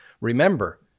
Remember